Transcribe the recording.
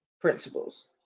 principles